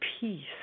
peace